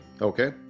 Okay